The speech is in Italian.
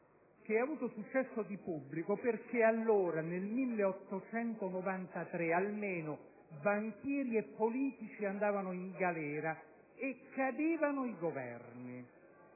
ha avuto successo di pubblico perché allora, nel 1893, almeno banchieri e politici andavano in galera e cadevano i Governi,